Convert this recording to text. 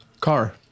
car